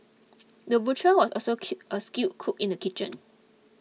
the butcher was also kill a skilled cook in the kitchen